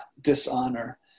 dishonor